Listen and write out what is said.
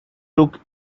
took